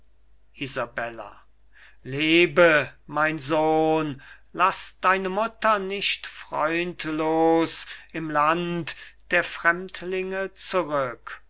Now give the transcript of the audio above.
lebe mein sohn laß deine mutter nicht freundlos im land der fremdlinge zurück